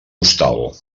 hostal